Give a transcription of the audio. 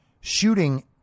shooting